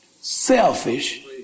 selfish